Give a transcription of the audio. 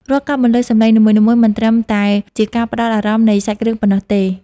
រាល់ការបន្លឺសំឡេងនីមួយៗ មិនត្រឹមតែជាការផ្ដល់ពត៌មាននៃសាច់រឿងប៉ុណ្ណោះទេ។